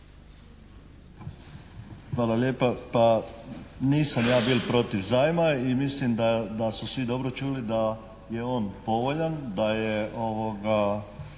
Hvala lijepa. Pa nisam ja bio protiv zajma i mislim da su svi dobro čuli da je on povoljan, da je ako